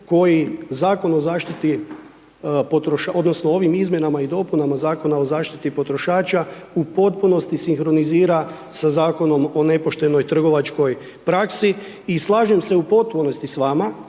koji Zakon o zaštiti, odnosno, ovim izmjenama i dopunama Zakona o zaštiti potrošača, u potpunosti sinkronizira, sa zakonom o nepoštenoj trgovačkoj praksi i slažem se u potpunosti s vama